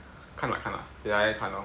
看啊看啊等下再看哦